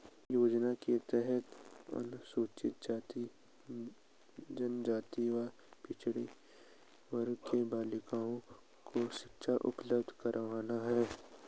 योजना के तहत अनुसूचित जाति, जनजाति व पिछड़ा वर्ग की बालिकाओं को शिक्षा उपलब्ध करवाना है